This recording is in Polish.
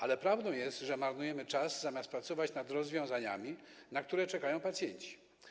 Ale prawdą jest, że marnujemy czas, zamiast pracować nad rozwiązaniami, na które czekają pacjenci.